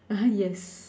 (uh huh) yes